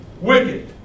wicked